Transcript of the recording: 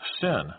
sin